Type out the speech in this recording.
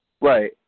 Right